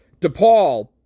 DePaul